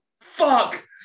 Fuck